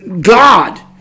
God